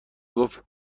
گفت